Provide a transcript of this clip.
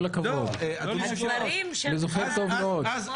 אני זוכר טוב מאוד.